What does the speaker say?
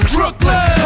Brooklyn